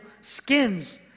skins